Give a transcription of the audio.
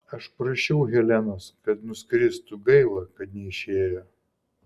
aš prašiau helenos kad nuskristų gaila kad neišėjo